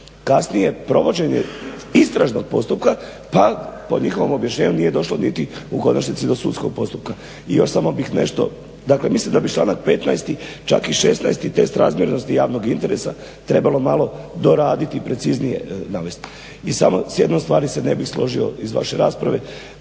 kasnije provođenje istražnog postupka pa po njihovom objašnjenju nije došlo u konačnici niti do sudskog postupka. I još samo bih nešto, dakle mislim da bi članak 15.čak i 16.test razmjernosti javnog interesa trebalo malo doraditi i preciznije navesti. S jednom stvari se ne bih složio iz vaše rasprave.